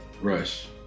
rush